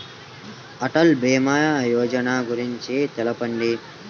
అటల్ భీమా యోజన గురించి తెలుపండి?